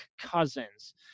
Cousins